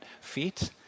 feet